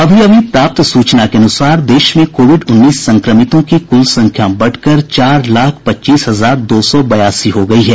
अभी अभी प्राप्त सूचना के अनुसार इधर देश में कोविड उन्नीस संक्रमितों की कुल संख्या बढ़कर चार लाख पच्चीस हजार दो सौ बयासी हो गयी है